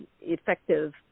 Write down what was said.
effective